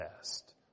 test